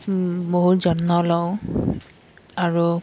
বহুত যত্ন লওঁ আৰু